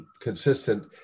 consistent